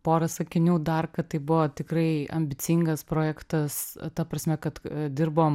pora sakinių dar kad tai buvo tikrai ambicingas projektas ta prasme kad dirbom